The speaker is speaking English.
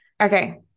Okay